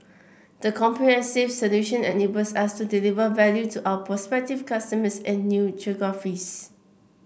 the comprehensive solution enables us to deliver value to our prospective customers in new geographies